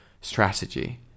strategy